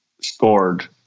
scored